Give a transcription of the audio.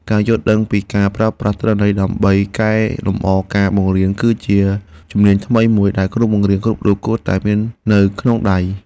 ការយល់ដឹងពីការប្រើប្រាស់ទិន្នន័យដើម្បីកែលម្អការបង្រៀនគឺជាជំនាញថ្មីមួយដែលគ្រូបង្រៀនគ្រប់រូបគួរតែមាននៅក្នុងដៃ។